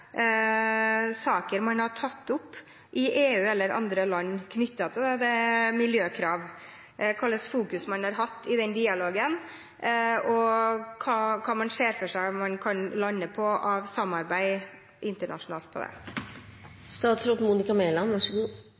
saker man har tatt opp, overfor EU eller andre land, knyttet til miljøkrav, hva man har fokusert på i den dialogen, og hva man ser for seg at man kan lande på av samarbeid internasjonalt når det